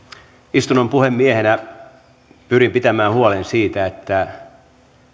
istunnon puhemiehenä pyrin pitämään huolen siitä että